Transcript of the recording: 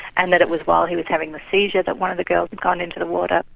and that it was while he was having the seizure that one of the girls had gone into the water.